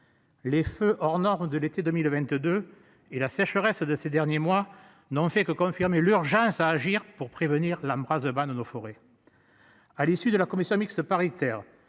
Les feux hors norme de l'été 2022 et la sécheresse de ces derniers mois n'ont fait que confirmer l'urgence à agir pour prévenir l'embrasement dans nos forêts. À l'issue de la commission mixte paritaire